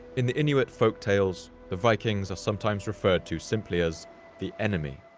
in the inuit folktales, the vikings are sometimes referred to simply as the enemy.